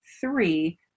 three